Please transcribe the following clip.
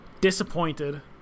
disappointed